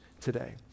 today